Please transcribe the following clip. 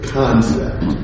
concept